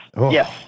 Yes